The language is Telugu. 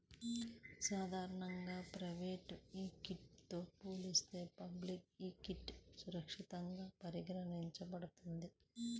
సాధారణంగా ప్రైవేట్ ఈక్విటీతో పోలిస్తే పబ్లిక్ ఈక్విటీ సురక్షితంగా పరిగణించబడుతుంది